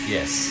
Yes